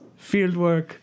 fieldwork